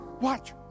watch